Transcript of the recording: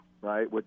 right